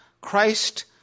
Christ